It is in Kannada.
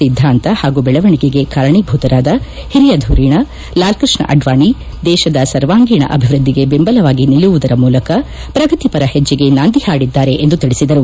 ಸಿದ್ಧಾಂತ ಹಾಗೂ ಬೆಳವಣಿಗೆಗೆ ಕಾರಣೀಭೂತರಾದ ಹಿರಿಯ ಧುರೀಣ ಲಾಲ್ಕೃಷ್ಣ ಅಡ್ವಾಣೆ ದೇಶದ ಸರ್ವಾಂಗೀಣ ಅಭಿವೃದ್ದಿಗೆ ಬೆಂಬಲವಾಗಿ ನಿಲ್ಲುವುದರ ಮೂಲಕ ಪ್ರಗತಿಪರ ಹೆಜ್ಜೆಗೆ ನಾಂದಿ ಹಾಡಿದ್ದಾರೆ ಎಂದು ತಿಳಿಸಿದರು